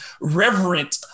reverent